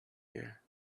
here